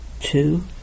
Two